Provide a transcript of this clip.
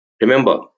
Remember